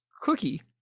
Cookie